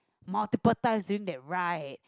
multiple times still didn't right